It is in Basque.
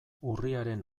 urriaren